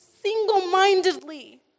single-mindedly